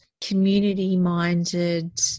community-minded